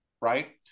right